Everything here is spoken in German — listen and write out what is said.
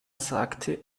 sagte